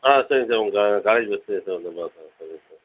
ஆ சரிங்க சார் உங்கள் college college பஸ்லையே போயிவிட்டு வந்துடுறோம் சார் சரிங்க சார்